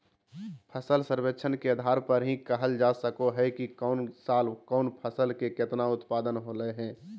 फसल सर्वेक्षण के आधार पर ही कहल जा सको हय कि कौन साल कौन फसल के केतना उत्पादन होलय हें